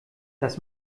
das